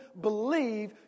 believe